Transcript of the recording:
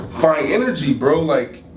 find energy bro, like.